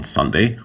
Sunday